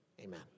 amen